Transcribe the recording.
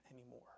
anymore